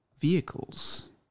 vehicles